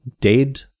dead